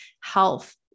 health